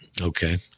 Okay